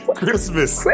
Christmas